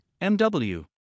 MW